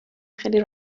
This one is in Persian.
خیلی